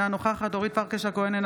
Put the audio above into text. אינה נוכחת אורית פרקש הכהן,